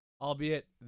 albeit